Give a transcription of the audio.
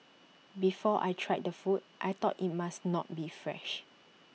before I tried the food I thought IT must not be fresh